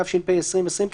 התש"ף 2020,